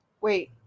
Wait